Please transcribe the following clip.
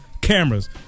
cameras